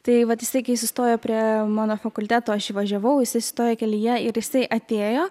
tai vat jisai kai sustojo prie mano fakulteto aš įvažiavau jisai sustojo kelyje ir jisai atėjo